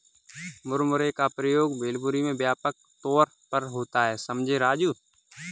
मुरमुरे का प्रयोग भेलपुरी में व्यापक तौर पर होता है समझे राजू